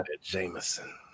Jameson